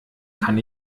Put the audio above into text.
kann